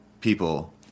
people